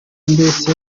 mbese